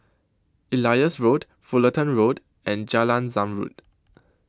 Elias Road Fullerton Road and Jalan Zamrud